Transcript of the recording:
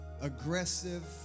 aggressive